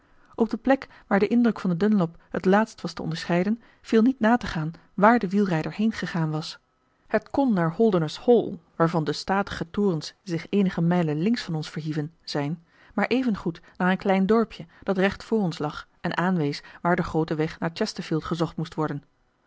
op de plek waar de indruk van de dunlop het laatst was te onderscheiden viel niet na te gaan waar de wielrijder heen gegaan was het kon naar holdernesse hall waarvan de statige torens zich eenige mijlen links van ons verhieven zijn maar even goed naar een klein dorpje dat recht voor ons lag en aanwees waar de groote weg naar chesterfield gezocht moest worden